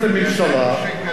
ידענו שקדימה,